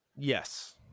Yes